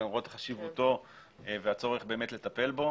למרות חשיבותו והצורך לטפל בו,